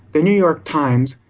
the new york times,